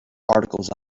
articles